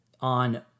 on